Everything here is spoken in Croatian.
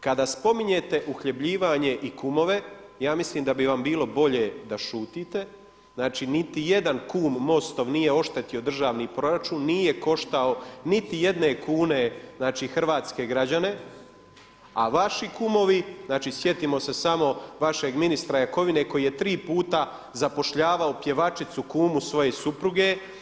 Kada spominjete uhljebljivanje i kumove, ja mislim da bi vam bilo bolje da šutite, znači, niti jedan kum MOST-om nije oštetio državni proračun, nije koštao niti jedne kune, znači hrvatske građane, a vaši kumovi, sjetimo se samo vašeg ministra Jakovine koji je tri puta zapošljavao pjevačicu, kumu svoje supruge.